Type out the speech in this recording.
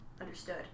understood